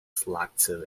selective